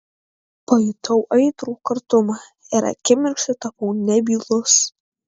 pajutau aitrų kartumą ir akimirksniu tapau nebylus